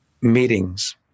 Meetings